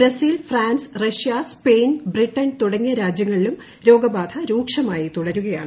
Brazil France Russia Spain Britain തുടങ്ങിയ രാജ്യങ്ങളിലും രോഗബാധ രൂക്ഷമായി തുടരുകയാണ്